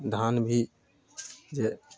धान भी जे